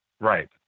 right